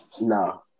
No